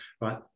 right